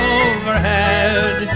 overhead